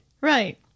Right